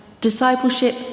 discipleship